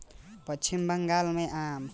पश्चिम बंगाल में आम बहुते बढ़िया किसिम के मिलेला